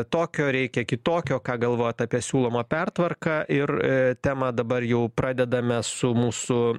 tokio reikia kitokio ką galvojat apie siūlomą pertvarką ir temą dabar jau pradedame su mūsų